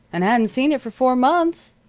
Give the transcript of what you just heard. and hadn't seen it for four months.